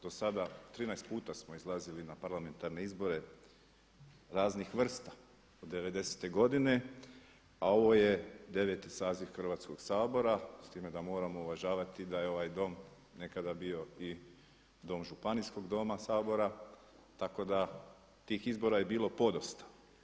Do sada 13 puta smo izlazili na parlamentarne izbore raznih vrsta od '90.-te godine, a ovo je 9. saziv Hrvatskog sabora s time da moramo uvažavati da je ovaj Dom nekada bio i dom Županijskog doma Sabora, tako ta tih izbora je bilo podosta.